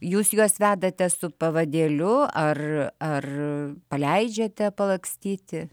jūs juos vedate su pavadėliu ar ar paleidžiate palakstyti